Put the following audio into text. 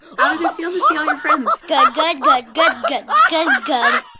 how did it feel to see all your friends? good, good, good, good, good, good, good.